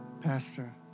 Pastor